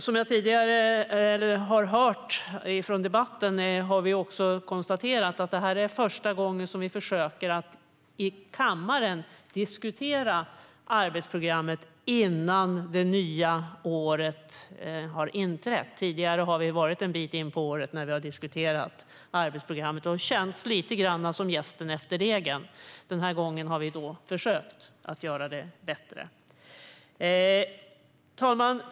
Som jag hörde i debatten kan vi konstatera att detta är första gången som vi försöker diskutera arbetsprogrammet i kammaren innan det nya året har inträtt. Tidigare har vi varit en bit in på året när vi har diskuterat arbetsprogrammet. Det känns lite grann som jästen efter degen, men den här gången har vi försökt göra det bättre. Herr talman!